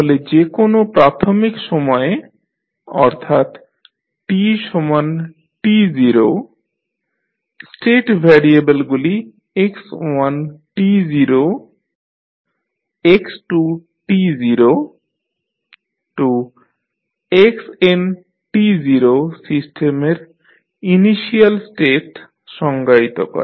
তাহলে যেকোনো প্রাথমিক সময়ে অর্থাৎ tt0 স্টেট ভ্যারিয়েবেলগুলি x1x2xn সিস্টেমের ইনিশিয়াল স্টেট সংজ্ঞায়িত করে